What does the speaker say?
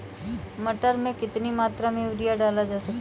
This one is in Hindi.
मटर में कितनी मात्रा में यूरिया डाला जाता है?